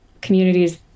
communities